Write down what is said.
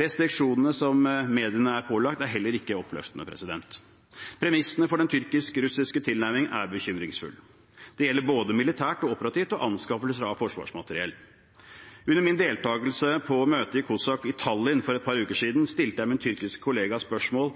Restriksjonene som mediene er pålagt, er heller ikke oppløftende. Premissene for den tyrkisk-russiske tilnærmingen er bekymringsfull. Det gjelder både militært og operativt – og når det gjelder anskaffelse av forsvarsmateriell. Under min deltakelse på møtet i COSAC i Tallin for et par uker siden stilte jeg min tyrkiske kollega et spørsmål